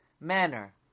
manner